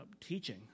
teaching